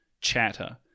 chatter